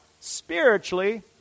spiritually